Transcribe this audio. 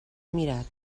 mirat